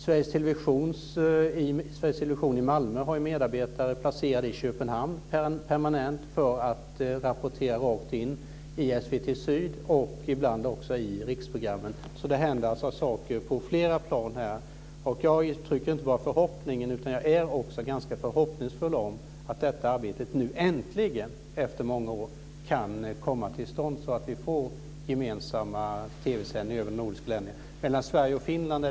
Sveriges television i Malmö har medarbetare permanent placerade i Köpenhamn för att direkt rapportera till SVT Syd och ibland i riksprogrammen. Det händer saker på flera plan. Jag är förhoppningsfull om att detta arbete äntligen efter många år kan komma till stånd, så att det blir gemensamma TV-sändningar över de nordiska länderna.